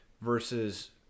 versus